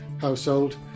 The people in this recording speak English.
household